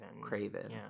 Craven